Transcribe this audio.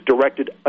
directed